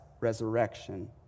resurrection